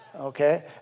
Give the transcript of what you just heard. okay